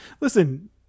Listen